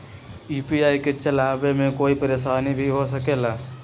UPI के चलावे मे कोई परेशानी भी हो सकेला?